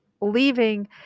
leaving